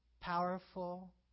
powerful